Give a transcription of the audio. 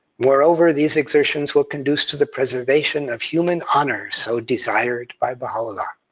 moreover, these exertions will conduce to the preservation of human honor, so desired by baha'u'llah.